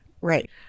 right